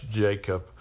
Jacob